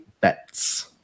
bets